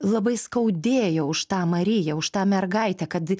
labai skaudėjo už tą mariją už tą mergaitę kad